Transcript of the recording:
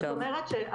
זאת אומרת,